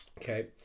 okay